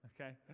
okay